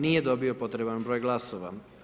Nije dobio potreban broj glasova.